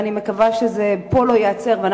ואני מקווה שזה לא ייעצר פה,